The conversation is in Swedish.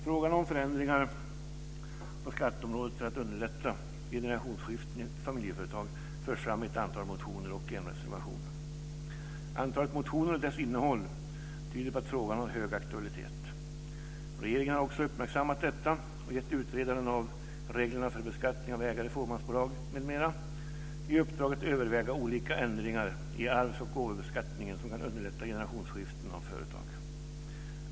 Frågan om förändringar på skatteområdet för att underlätta vid generationsskiften i familjeföretag förs fram i ett antal motioner och i en reservation. Antalet motioner och deras innehåll tyder på att frågan har hög aktualitet. Regeringen har också uppmärksammat detta och gett utredaren av reglerna för beskattning av ägare i fåmansbolag m.m. i uppdrag att överväga olika ändringar i arvs och gåvobeskattningen som kan underlätta generationsskiften i företag.